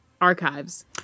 archives